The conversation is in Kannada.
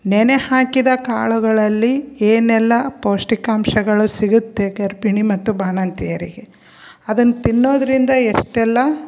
ನೆನೆಹಾಕಿದ ಕಾಳುಗಳಲ್ಲಿ ಏನೆಲ್ಲ ಪೌಷ್ಟಿಕಾಂಶಗಳು ಸಿಗುತ್ತೆ ಗರ್ಭಿಣಿ ಮತ್ತು ಬಾಣಂತಿಯರಿಗೆ ಅದನ್ನು ತಿನ್ನೋದರಿಂದ ಎಷ್ಟೆಲ್ಲ